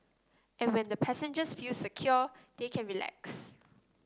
and when the passengers feel secure they can relax